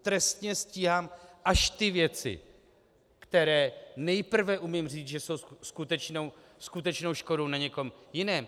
Trestně stíhám až ty věci, které nejprve umím říct, že jsou skutečnou škodou na někom jiném.